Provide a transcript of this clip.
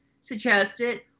suggested